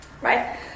Right